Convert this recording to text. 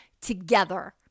together